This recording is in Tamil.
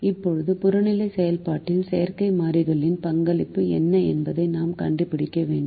இப்போது புறநிலை செயல்பாட்டில் செயற்கை மாறியின் பங்களிப்பு என்ன என்பதை நாம் கண்டுபிடிக்க வேண்டும்